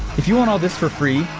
if you want all this for free,